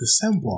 December